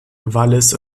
wallis